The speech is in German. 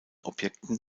objekten